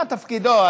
ומה תפקידו,